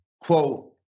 quote